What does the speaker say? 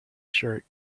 shirt